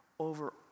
over